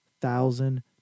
thousand